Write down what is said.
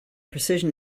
precision